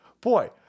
Boy